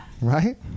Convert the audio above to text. Right